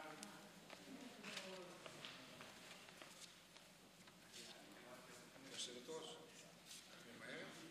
חבר הכנסת אוסאמה סעדי,